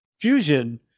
Fusion